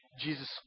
Jesus